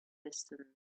distance